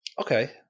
okay